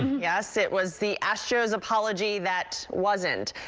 yeah so it was the astros apology that wasn't.